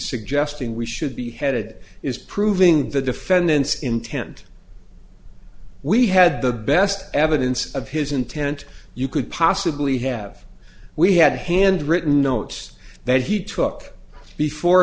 suggesting we should be headed is proving the defendant's intent we had the best evidence of his intent you could possibly have we had handwritten notes that he took before